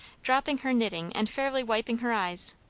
dropping her knitting and fairly wiping her eyes.